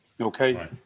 Okay